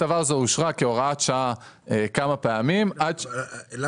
ההטבה הזו אושרה כהוראת השעה כמה פעמים --- זה